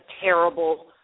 terrible